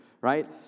right